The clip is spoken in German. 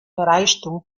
reichtum